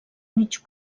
mig